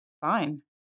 Fine